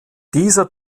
dieser